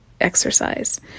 exercise